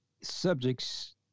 subjects